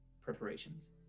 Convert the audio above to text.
preparations